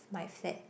my flat